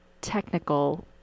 technical